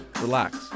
relax